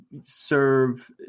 serve